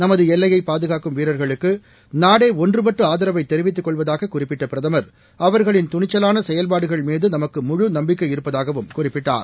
நமது எல்லையைப் பாதுகாக்கும் வீரர்களுக்கு நாடே ஒன்றுபட்டு ஆதரவை தெரிவித்துக் கொள்வதாக குறிப்பிட்ட பிரதமர் அவர்களின் துணிச்சலான செயல்பாடுகள்மீது நமக்கு முழு நம்பிக்கை இருப்பதாகவும் குறிப்பிட்டார்